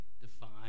define